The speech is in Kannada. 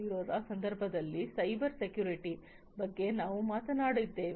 0 ರ ಸಂದರ್ಭದಲ್ಲಿ ಸೈಬರ್ ಭದ್ರತೆ ಬಗ್ಗೆ ನಾವು ಮಾತನಾಡಿದ್ದೇವೆ